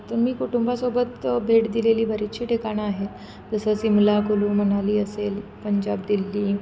तर मी कुटुंबासोबत भेट दिलेली बरीचशी ठिकाणं आहेत जसं सिमला कुलू मनाली असेल पंजाब दिल्ली